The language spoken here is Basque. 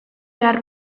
behar